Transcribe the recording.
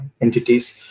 entities